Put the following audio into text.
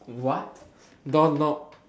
what door knob